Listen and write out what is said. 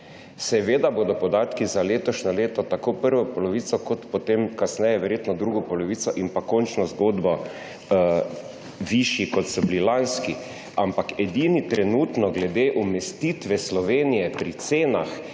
Seveda bodo podatki za letošnje leto tako prvo polovico kot potem verjetno drugo polovico in pa končno zgodbo višji, kot so bili lanski. Ampak trenutno glede umestitve Slovenije pri cenah